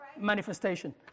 manifestation